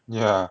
yeah